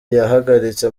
yahagaritse